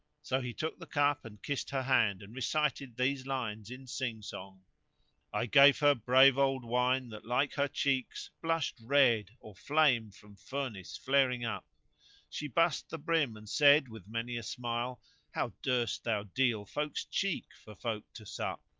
so he took the cup and kissed her hand and recited these lines in sing song i gave her brave old wine that like her cheeks blushed red or flame from furnace flaring up she bussed the brim and said with many a smile how durst thou deal folk's cheek for folk to sup?